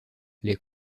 les